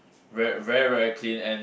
very very very clean and